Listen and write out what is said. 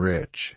Rich